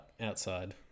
outside